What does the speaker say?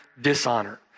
dishonor